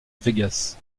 vegas